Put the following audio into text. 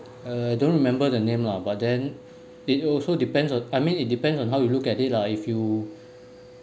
uh don't remember the name lah but then it also depends on I mean it depends on how you look at it lah if you